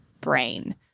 brain